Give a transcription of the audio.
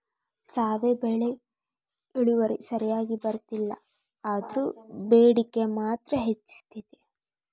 ಸಾವೆ ಬೆಳಿ ಇಳುವರಿ ಸರಿಯಾಗಿ ಬರ್ಲಿಲ್ಲಾ ಅಂದ್ರು ಬೇಡಿಕೆ ಮಾತ್ರ ಹೆಚೈತಿ